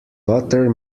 butter